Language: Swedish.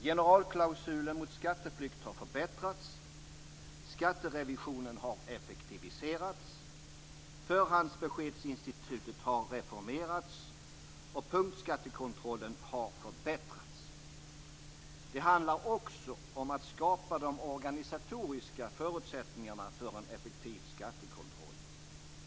Generalklausulen mot skatteflykt har förbättrats, skatterevisionen har effektiviserats, förhandsbeskedsinstitutet har reformerats och punktskattekontrollen har förbättrats. Det handlar också om att skapa de organisatoriska förutsättningarna för en effektiv skattekontroll.